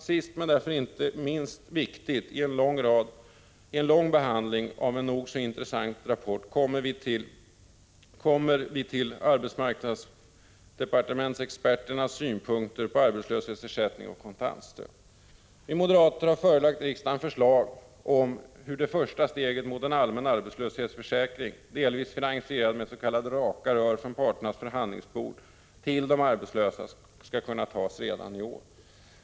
Sist men därför inte minst viktigt i en lång behandling av en nog så intressant rapport kommer vi till arbetsmarknadsdepartementsexperternas synpunkter på arbetslöshetsersättning och kontantstöd. Vi moderater har förelagt riksdagen förslag om hur det första steget mot en allmän arbetslöshetsförsäkring, delvis finansierad med s.k. ”raka rör” från parternas förhandlingsbord till de arbetslösa, skall kunna tas redan i år.